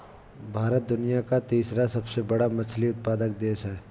भारत दुनिया का तीसरा सबसे बड़ा मछली उत्पादक देश है